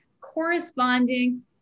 corresponding